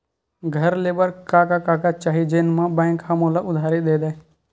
घर ले बर का का कागज चाही जेम मा बैंक हा मोला उधारी दे दय?